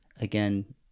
again